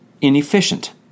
inefficient